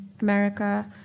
America